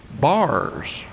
Bars